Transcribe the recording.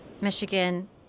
Michigan-